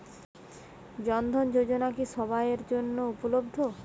জন ধন যোজনা কি সবায়ের জন্য উপলব্ধ?